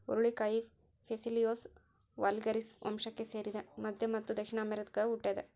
ಹುರುಳಿಕಾಯಿ Phaseolus vulgaris ವಂಶಕ್ಕೆ ಸೇರಿದ ಮಧ್ಯ ಮತ್ತು ದಕ್ಷಿಣ ಅಮೆರಿಕಾದಾಗ ಹುಟ್ಯಾದ